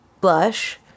blush